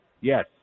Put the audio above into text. yes